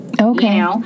Okay